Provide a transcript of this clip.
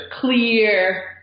clear